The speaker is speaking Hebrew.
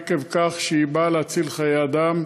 עקב כך שהיא באה להציל חיי אדם,